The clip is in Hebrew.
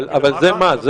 אבל זה מה?